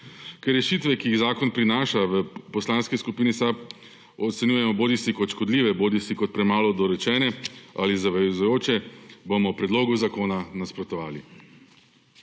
Ker rešitve, ki jih zakon prinaša, v Poslanski skupini SAB ocenjujemo bodisi kot škodljive bodisi kot premalo dorečene ali zavezujoče, bomo predlogu zakona nasprotovali.